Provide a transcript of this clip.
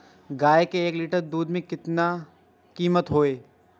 गाय के एक लीटर दूध के कीमत की हय?